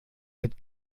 mit